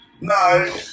No